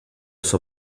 sua